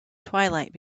twilight